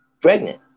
pregnant